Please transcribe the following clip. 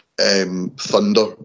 Thunder